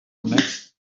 next